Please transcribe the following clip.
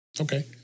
okay